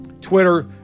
Twitter